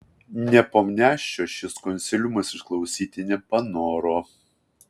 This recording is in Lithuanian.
nepomniaščio šis konsiliumas išklausyti nepanoro